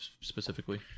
specifically